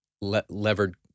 levered